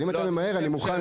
אבל אם אתה ממהר אני מוכן.